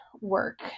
work